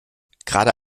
gerade